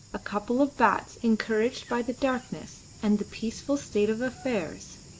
a couple of bats, encouraged by the darkness and the peaceful state of affairs,